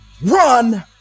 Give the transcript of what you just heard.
run